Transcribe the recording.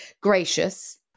gracious